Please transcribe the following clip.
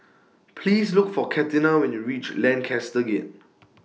Please Look For Katina when YOU REACH Lancaster Gate